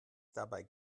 dabei